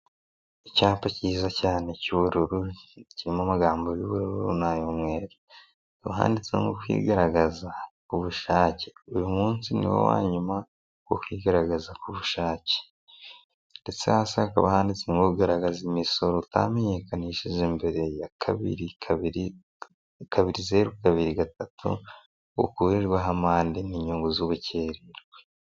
Icyapa cyiza cyane cy'ubururu, kirimo amagambo y'ubururu n'ay'umweru, hakaba handitseho ngo "kwigaragaza ku bushake". Uyu munsi ni wo wa yuma wo kwigaragaza ku bushake ndetse hasi hakaba handitse ngo "garagaza imisoro utamenyekanishije mbere ya kabiri, kabiri, kabiri, zeru kabiri gatatu, ukurirweho amande n'inyungu z'ubukererwe".